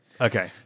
Okay